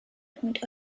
point